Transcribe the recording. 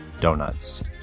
Donuts